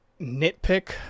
nitpick